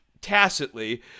tacitly